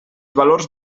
valors